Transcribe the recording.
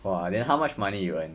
!wah! then how much money you earn